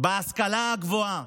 בהשכלה הגבוהה.